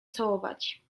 całować